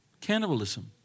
cannibalism